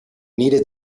needed